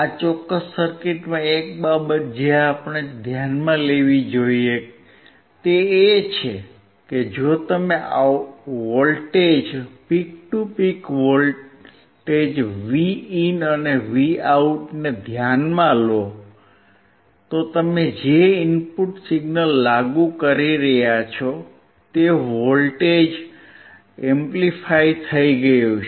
આ ચોક્કસ સર્કિટમાં એક બાબત જે આપણે ધ્યાનમાં લેવી જોઈએ તે એ છે કે જો તમે voltage peak to peak voltage Vin અને Vout ને ધ્યાનમાં લો તો તમે જે ઇનપુટ સિગ્નલ લાગુ કરી રહ્યા છો તે વોલ્ટેજ એમ્પ્લીફાય થઈ ગયું છે